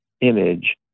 image